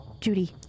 Judy